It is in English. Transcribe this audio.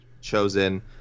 chosen